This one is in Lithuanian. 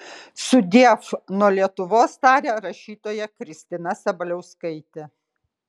sudiev nuo lietuvos tarė rašytoja kristina sabaliauskaitė